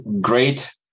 great